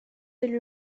élu